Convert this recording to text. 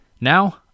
Now